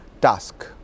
task